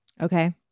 Okay